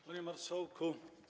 Panie Marszałku!